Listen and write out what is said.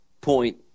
point